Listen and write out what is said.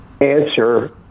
answer